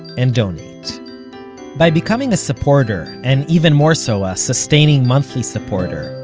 and donate by becoming a supporter, and even more so, a sustaining monthly supporter,